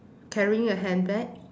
carrying a handbag